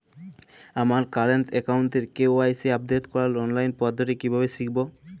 আমার কারেন্ট অ্যাকাউন্টের KYC update করার অনলাইন পদ্ধতি কীভাবে শিখব?